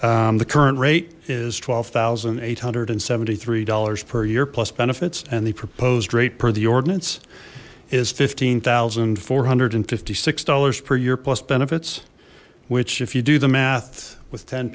the current rate is twelve thousand eight hundred and seventy three dollars per year plus benefits and the proposed rate per the ordinance is fifteen thousand four hundred and fifty six dollars per year plus benefits which if you do the math with ten